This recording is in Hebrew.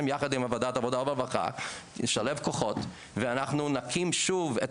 יחד עם ועדת העבודה והרווחה ישלבו כוחות ואנחנו נקים שוב את